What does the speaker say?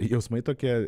jausmai tokie